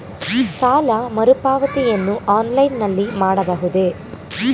ಸಾಲ ಮರುಪಾವತಿಯನ್ನು ಆನ್ಲೈನ್ ನಲ್ಲಿ ಮಾಡಬಹುದೇ?